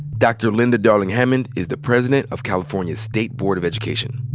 dr. linda darling-hammond is the president of california's state board of education.